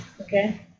Okay